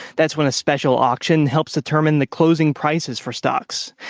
that's when a special auction helps determine the closing prices for stocks.